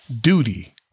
Duty